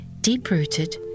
Deep-rooted